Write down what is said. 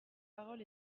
parole